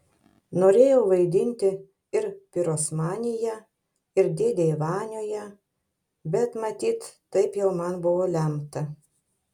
norėjau vaidinti ir pirosmanyje ir dėdėj vanioje bet matyt taip jau man buvo lemta